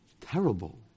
Terrible